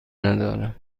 ندارم